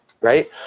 Right